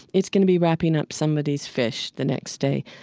it's going to be wrapping up somebody's fish the next day.